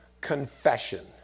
confession